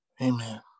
Amen